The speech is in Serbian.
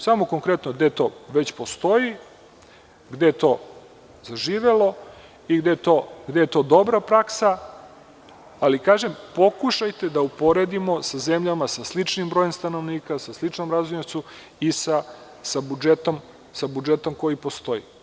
Samo konkretno gde to već postoji, gde je to zaživelo, i gde je to dobra praksa, ali kažem, pokušajte da uporedimo sa zemljama sa sličnim brojem stanovnika, sa sličnom razvijenošću i sa budžetom koji postoji.